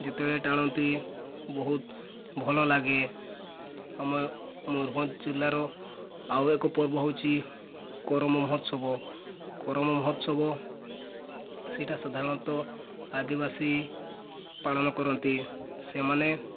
ଯେତେବେଳେ ଟାଣନ୍ତି ବହୁତ ଭଲ ଲାଗେ ଆମ ମୟୂରଭଞ୍ଜ ଜିଲ୍ଲାର ଆଉ ଏକ ପର୍ବ ହେଉଛି କରମ ମହୋତ୍ସବ କରମ ମହୋତ୍ସବ ସେଇଟା ସାଧାରଣତଃ ଆଦିବାସୀ ପାଳନ କରନ୍ତି ସେମାନେ